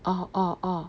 orh orh orh